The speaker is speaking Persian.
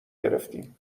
گرفتیم